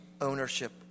ownership